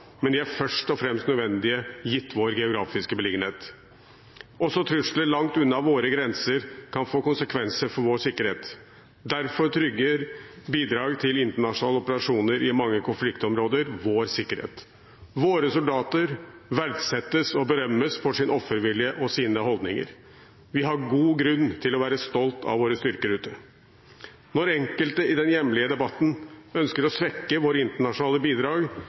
men de er først og fremst nødvendige gitt vår geografiske beliggenhet. Også trusler langt unna våre grenser kan få konsekvenser for vår sikkerhet. Derfor trygger bidrag til internasjonale operasjoner i mange konfliktområder vår sikkerhet. Våre soldater verdsettes og berømmes for sin offervilje og sine holdninger. Vi har god grunn til å være stolte av våre styrker ute. Når enkelte i den hjemlige debatten ønsker å svekke våre internasjonale bidrag,